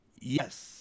Yes